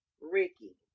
Ricky